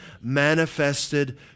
manifested